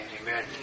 Amen